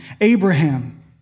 Abraham